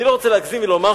אני לא רוצה להגזים ולומר,